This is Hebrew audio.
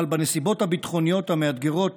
אבל בנסיבות הביטחוניות המאתגרות